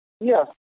Yes